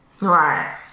right